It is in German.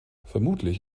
vermutlich